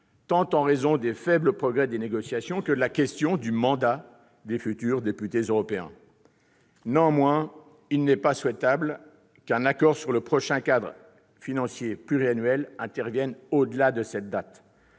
tant en raison des faibles progrès des négociations que du point de vue du mandat des futurs députés européens. Néanmoins, il n'est pas souhaitable qu'un accord sur le prochain cadre financier pluriannuel intervienne au-delà de cette